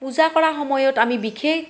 পূজা কৰা সময়ত আমি বিশেষ